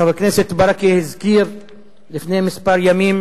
חבר הכנסת הזכיר לפני כמה ימים